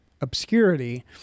obscurity